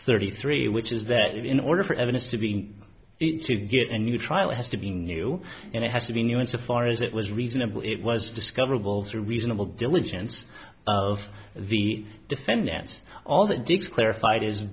thirty three which is that in order for evidence to be to get a new trial it has to be new and it has to be new insofar as it was reasonable it was discoverable through reasonable diligence of the defendants all the dicks clarified is